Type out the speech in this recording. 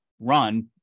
run